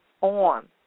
on